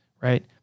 right